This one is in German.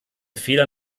fehlern